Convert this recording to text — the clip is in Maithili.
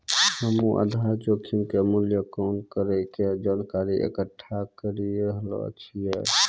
हम्मेआधार जोखिम के मूल्यांकन करै के जानकारी इकट्ठा करी रहलो छिऐ